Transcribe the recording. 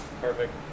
Perfect